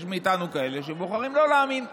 יש מאיתנו כאלה שבוחרים לא להאמין.